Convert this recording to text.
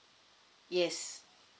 yes